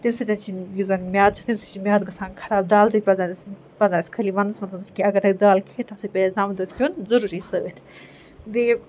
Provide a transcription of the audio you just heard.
تَیٚمہِ سۭتٮ۪ن یُس زن میادٕ چھُ تَمہِ سۭتۍ میادٕ گژھان خراب دالہٕ تہِ پَزن اَسہِ خٲلی ونٛدس منٛز کھٮ۪نۍ اگر اَسہِ دال کھیٚے تَمہِ سۭتۍ پےٚ اَسہِ زامُت دۄد کھیوٚن ضروٗری سۭتۍ بیٚیہِ